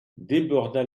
déborda